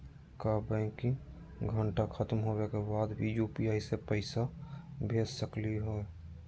का बैंकिंग घंटा खत्म होवे के बाद भी यू.पी.आई से पैसा भेज सकली हे?